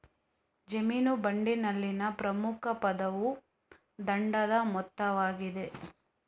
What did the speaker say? ಜಾಮೀನು ಬಾಂಡಿನಲ್ಲಿನ ಪ್ರಮುಖ ಪದವು ದಂಡದ ಮೊತ್ತವಾಗಿದೆ